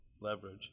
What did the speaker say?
leverage